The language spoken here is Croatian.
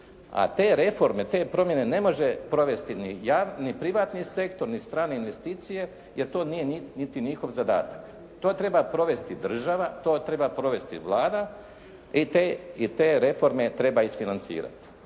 A te reforme, te promjene ne može provesti ni privatni sektor, ni strane investicije jer to nije niti njihov zadatak. To treba provesti država. To treba provesti Vlada i te reforme treba isfinancirati.